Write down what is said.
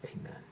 Amen